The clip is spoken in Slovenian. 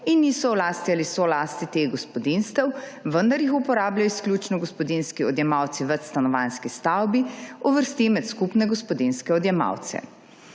in niso v lasti ali solasti teh gospodinjstev, vendar jih uporabljajo izključno gospodinjski odjemalci v večstanovanjski stavbi, uvrsti med skupne gospodinjske odjemalce.